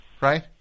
Right